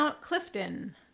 Clifton